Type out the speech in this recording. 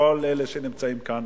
כל אלה שנמצאים כאן,